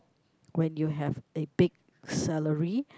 when you have a big salary